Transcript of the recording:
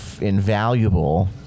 invaluable